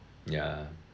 ya